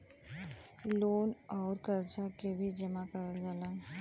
loan अउर करजा के भी जमा करल जाला